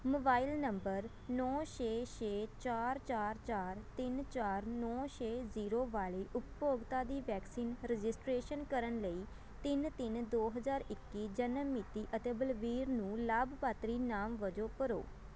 mobile number ਨੌ ਛੇ ਛੇ ਚਾਰ ਚਾਰ ਚਾਰ ਤਿੰਨ ਚਾਰ ਨੌ ਛੇ ਜ਼ੀਰੋ ਵਾਲੇ ਉਪਭੋਗਤਾ ਦੀ ਵੈਕਸੀਨ ਰਜਿਸਟ੍ਰੇਸ਼ਨ ਕਰਨ ਲਈ ਤਿੰਨ ਤਿੰਨ ਦੋ ਹਜ਼ਾਰ ਇੱਕੀ ਜਨਮ ਮਿਤੀ ਅਤੇ ਬਲਵੀਰ ਨੂੰ ਲਾਭਪਾਤਰੀ ਨਾਮ ਵਜੋਂ ਭਰੋ